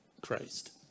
Christ